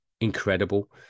incredible